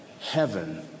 heaven